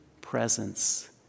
presence